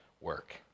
work